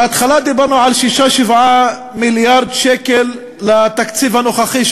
בהתחלה דיברנו על 7-6 מיליארד שקל לתקציב הנוכחי,